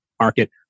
market